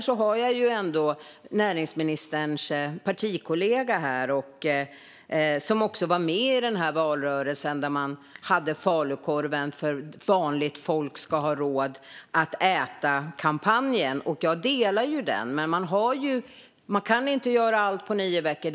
Nu har jag dock näringsministerns partikollega här, som också var med i valrörelsen där man hade falukorven och en kampanj om att vanligt folk ska ha råd att äta. Jag instämmer i det, och ingen begär att man ska kunna göra allt på nio veckor.